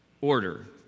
order